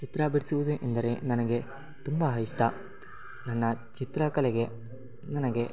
ಚಿತ್ರ ಬಿಡಿಸುವುದು ಎಂದರೆ ನನಗೆ ತುಂಬ ಇಷ್ಟ ನನ್ನ ಚಿತ್ರಕಲೆಗೆ ನನಗೆ